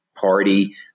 party